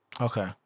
Okay